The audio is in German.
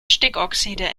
stickoxide